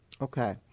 Okay